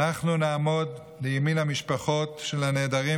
אנחנו נעמוד לימין המשפחות של הנעדרים